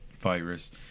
virus